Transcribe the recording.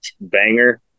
Banger